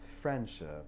friendship